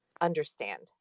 Understand